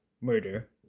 murder